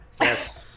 Yes